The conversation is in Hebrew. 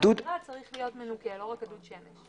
גם אגירה צריך להיות מנוכה לא רק הדוד שמש.